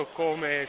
come